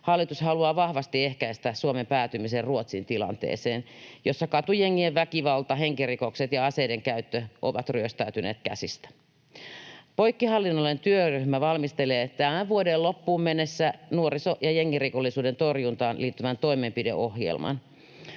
Hallitus haluaa vahvasti ehkäistä Suomen päätymisen Ruotsin tilanteeseen, jossa katujengien väkivalta, henkirikokset ja aseiden käyttö ovat ryöstäytyneet käsistä. Poikkihallinnollinen työryhmä valmistelee tämän vuoden loppuun mennessä nuoriso- ja jengirikollisuuden torjuntaan liittyvän toimenpideohjelman.